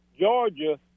Georgia